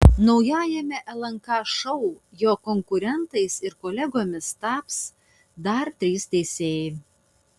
naujajame lnk šou jo konkurentais ir kolegomis taps dar trys teisėjai